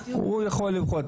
הוא יכול לבחור.